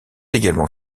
également